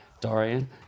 Dorian